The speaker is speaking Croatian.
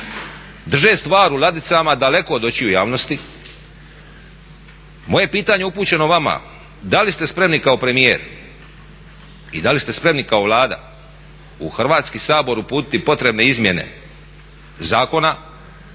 drže stvar u ladicama daleko od očiju javnosti. Moje je pitanje upućeno vama. Da li ste spremni kao premijer i da li ste spremni kao Vlada u Hrvatski sabor uputiti potrebne izmjene zakona